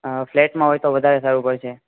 હા ફ્લેટમાં હોય તો વધારે સારું પડશે